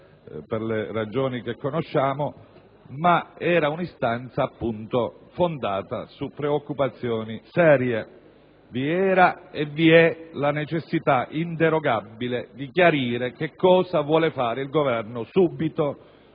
per le ragioni che conosciamo, ma un'istanza fondata su preoccupazioni serie. Vi era e vi è la necessità inderogabile di chiarire che cosa il Governo vuole